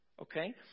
Okay